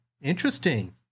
Interesting